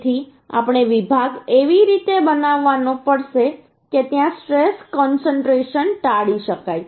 તેથી આપણે વિભાગ એવી રીતે બનાવવો પડશે કે ત્યાં સ્ટ્રેશ કોન્સન્ટ્રેશન ટાળી શકાય